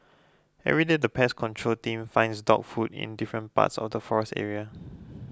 everyday the pest control team finds dog food in different parts of the forest area